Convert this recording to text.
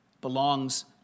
belongs